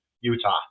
Utah